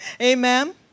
Amen